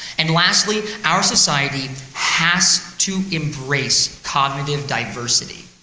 and lastly, our society has to embrace cognitive diversity.